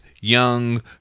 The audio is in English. young